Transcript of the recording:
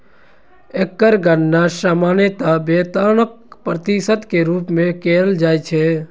एकर गणना सामान्यतः वेतनक प्रतिशत के रूप मे कैल जाइ छै